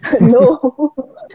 no